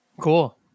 Cool